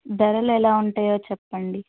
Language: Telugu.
ధరలు ఎలా ఉంటాయో చెప్పండి